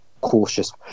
cautious